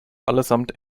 allesamt